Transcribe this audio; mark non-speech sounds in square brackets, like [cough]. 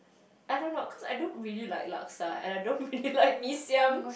I don't know cause I don't really like Laksa and I don't really [laughs] like Mee-Siam